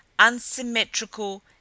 unsymmetrical